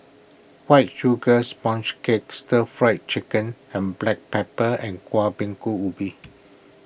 White Sugar Sponge Cake Stir Fry Chicken with Black Pepper and Kuih Bingka Ubi